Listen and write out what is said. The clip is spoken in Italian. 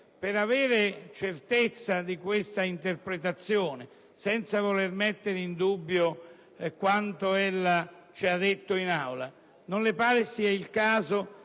per avere certezza di questa interpretazione, senza voler mettere in dubbio quanto ella ci ha detto in Aula, non le pare sia il caso